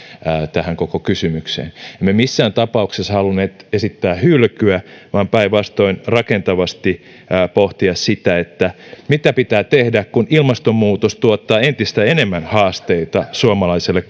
tähän koko kysymykseen emme missään tapauksessa halunneet esittää hylkyä vaan päinvastoin rakentavasti pohtia sitä mitä pitää tehdä kun ilmastonmuutos tuottaa entistä enemmän haasteita suomalaiselle